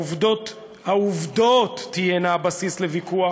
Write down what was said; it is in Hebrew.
שהעובדות תהיינה הבסיס לוויכוח,